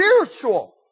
spiritual